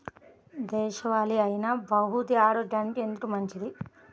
దేశవాలి అయినా బహ్రూతి ఆరోగ్యానికి ఎందుకు మంచిది?